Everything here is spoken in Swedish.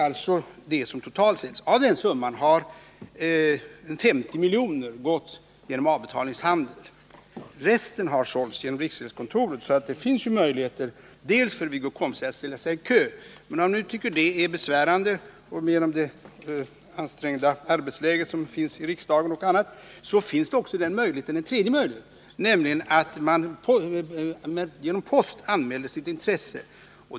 Av totalsumman har 50 miljoner gått genom avbetalningshandel. Resten har sålts genom riksgäldskontoret, så det finns möjligheter att köpa där. Wiggo Komstedt kan ställa sig i kö, men om han nu tycker det är besvärande på grund av det ansträngda arbetsläget i riksdagen och annat, så finns det ytterligare en möjlighet, nämligen att per post anmäla sitt intresse.